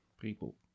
People